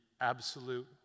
absolute